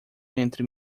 entre